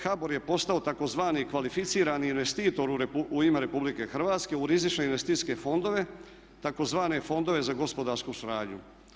HBOR je postao tzv. kvalificirani investitor u ime RH, u rizične investicijske fondove, tzv. fondove za gospodarsku suradnju.